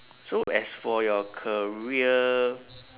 so as for your career